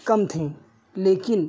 कम थीं लेकिन